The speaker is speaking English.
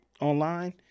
online